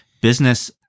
business